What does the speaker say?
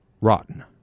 Rotten